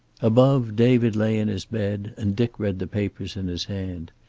above, david lay in his bed and dick read the papers in his hand.